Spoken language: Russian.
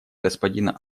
господина